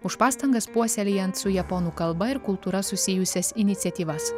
už pastangas puoselėjant su japonų kalba ir kultūra susijusias iniciatyvas